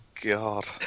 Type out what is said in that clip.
God